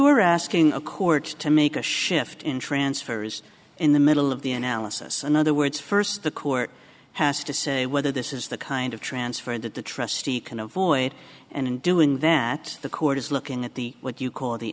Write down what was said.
are asking a court to make a shift in transfers in the middle of the analysis in other words first the court has to say whether this is the kind of transfer that the trustee can avoid and in doing that the court is looking at the what you call the